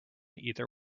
either